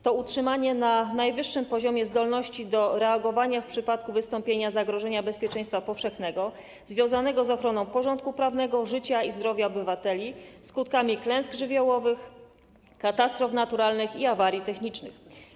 To utrzymanie na najwyższym poziomie zdolności do reagowania w przypadku wystąpienia zagrożenia bezpieczeństwa powszechnego związanego z ochroną porządku prawnego, życia i zdrowia obywateli, skutkami klęsk żywiołowych, katastrof naturalnych i awarii technicznych.